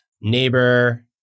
neighbor